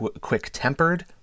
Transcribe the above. quick-tempered